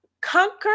conquer